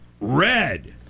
red